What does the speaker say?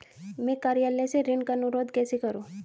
मैं कार्यालय से ऋण का अनुरोध कैसे करूँ?